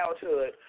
childhood